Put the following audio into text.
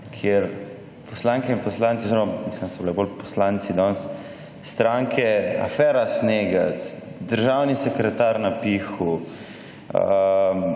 kjer poslanke in poslanci oziroma mislim, da so bili bolj poslanci danes stranke afera »snegec«, državni sekretar napihu,